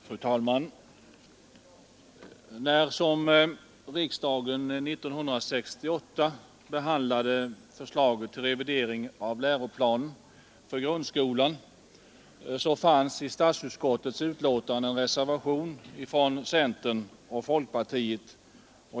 Fru talman! När riksdagen 1968 behandlade förslaget till revidering av läroplan för grundskolan fanns i statsutskottets utlåtande en reservation från centern och folkpartiet.